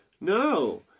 No